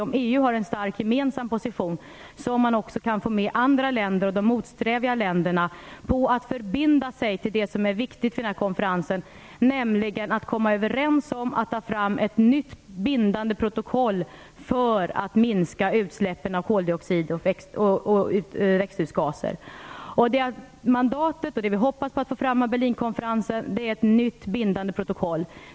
Om EU har en stark gemensam position kan man få med andra länder, och motsträviga länder, på att förbinda sig till det som är viktigt för konferensen, nämligen att komma överens om att ta fram ett nytt bindande protokoll för att minska utsläppen av koldioxid och växthusgaser. Det vi hoppas få ut av Berlinkonferensen är ett nytt bindande protokoll.